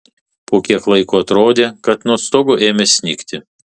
po kiek laiko atrodė kad nuo stogo ėmė snigti